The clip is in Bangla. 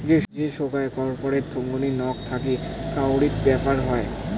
যে সোগায় কর্পোরেট থোঙনি নক গুলা থাকি কাউরি ব্যাপার হই